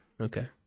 okay